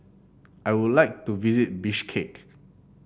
I would like to visit Bishkek